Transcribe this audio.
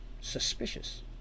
suspicious